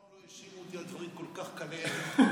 אל תאשים אותי בדברים כל כך קלי ערך.